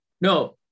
No